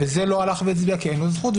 וזה לא הלך והצביע כי אין לו זכות,